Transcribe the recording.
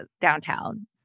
downtown